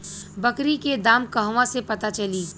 बकरी के दाम कहवा से पता चली?